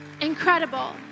Incredible